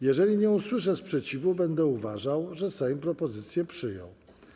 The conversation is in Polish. Jeżeli nie usłyszę sprzeciwu, będę uważał, że Sejm propozycję przyjął.